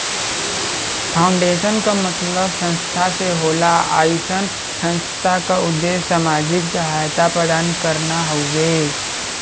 foundation क मतलब संस्था से होला अइसन संस्था क उद्देश्य सामाजिक सहायता प्रदान करना हउवे